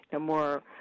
more